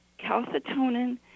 calcitonin